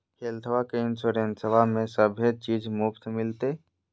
हेल्थबा के इंसोरेंसबा में सभे चीज मुफ्त मिलते?